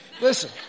Listen